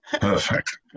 Perfect